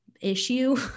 issue